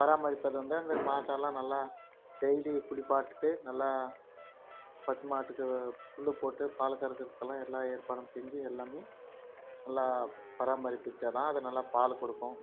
பராமரிப்பது வந்து அந்த மாட்டெல்லாம் நல்லா டெய்லி குளிப்பாட்டிவிட்டு நல்லா பசு மாட்டுக்கு புல் போட்டு பால் கறக்குறத்துக்கெல்லாம் எல்லா ஏற்பாடும் செஞ்சு எல்லாமே நல்லா பராமரிப்பிச்சால் தான் அது நல்லா பால் கொடுக்கும்